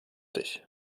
dich